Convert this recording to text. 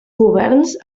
governs